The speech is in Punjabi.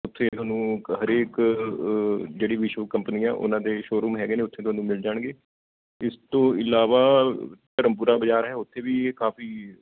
ਉੱਥੇ ਤੁਹਾਨੂੰ ਹਰੇਕ ਜਿਹੜੀ ਮੀਸ਼ੋ ਕੰਪਨੀ ਆ ਉਹਨਾਂ ਦੇ ਸ਼ੋਅਰੂਮ ਹੈਗੇ ਨੇ ਉੱਥੇ ਤੁਹਾਨੂੰ ਮਿਲ ਜਾਣਗੇ ਇਸ ਤੋਂ ਇਲਾਵਾ ਧਰਮਪੁਰਾ ਬਜ਼ਾਰ ਹੈ ਉੱਥੇ ਵੀ ਕਾਫੀ